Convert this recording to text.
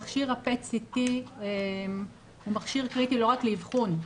מכשיר ה- PET-CT הוא מכשיר קריטי לא רק לאבחון,